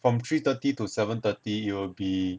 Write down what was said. from three thirty to seven thirty you will be